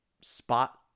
spot